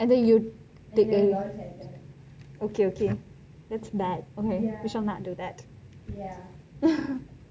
and then you okay okay that's bad we shall not do that